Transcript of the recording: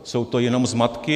Jsou to jenom zmatky.